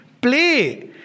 play